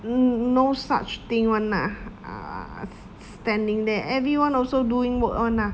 um no such thing [one] lah ah standing there everyone also doing work [one] lah